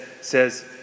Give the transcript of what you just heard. says